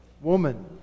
woman